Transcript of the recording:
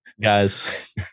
guys